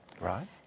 right